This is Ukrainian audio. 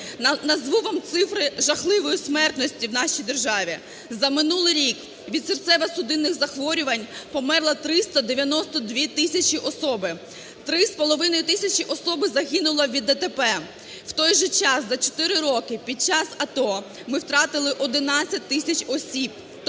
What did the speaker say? Назву вам цифри жахливої смертності в нашій державі. За минулий рік від серцево-судинних захворювань померло 392 тисяч осіб, 3,5 тисяч осіб загинуло від ДТП, в той же час за 4 роки під час АТО ми втратили 11 тисяч осіб,